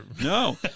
No